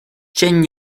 chen